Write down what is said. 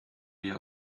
wir